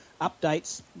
updates